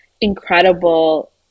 incredible